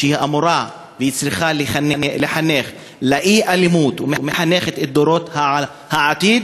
שאמורה וצריכה לחנך לאי-אלימות ומחנכת את דורות העתיד,